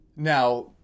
Now